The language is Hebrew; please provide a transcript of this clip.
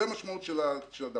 זה המשמעות של זה בטבלה.